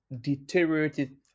deteriorated